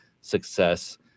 success